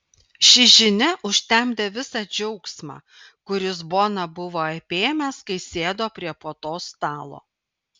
ši žinia užtemdė visą džiaugsmą kuris boną buvo apėmęs kai sėdo prie puotos stalo